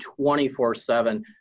24-7